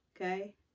Okay